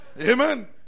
Amen